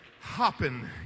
hopping